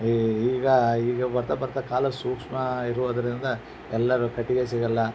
ಈ ಈಗ ಈಗ ಬರ್ತಾ ಬರ್ತಾ ಕಾಲ ಸೂಕ್ಷ್ಮ ಇರುವುದರಿಂದ ಎಲ್ಲರೂ ಕಟ್ಟಿಗೆ ಸಿಗೋಲ್ಲ